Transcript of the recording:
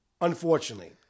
unfortunately